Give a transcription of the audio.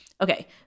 Okay